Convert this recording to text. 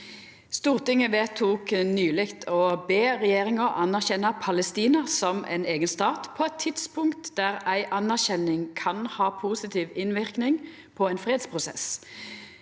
«Stortinget vedtok nyleg å be regjeringa anerkjenna Palestina som ein eigen stat på eit tidspunkt der ei anerkjenning kan ha positiv innverknad på ein fredsprosess.